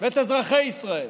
ואת אזרחי ישראל.